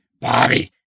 Bobby